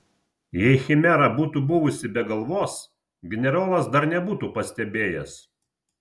jei chimera būtų buvusi be galvos generolas dar nebūtų pastebėjęs